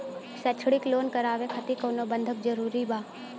शैक्षणिक लोन करावे खातिर कउनो बंधक जरूरी बा?